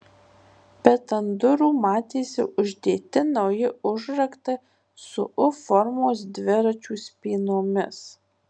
bet ant durų matėsi uždėti nauji užraktai su u formos dviračių spynomis